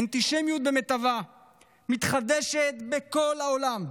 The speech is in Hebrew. האנטישמיות במיטבה מתחדשת בכל העולם.